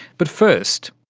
but first,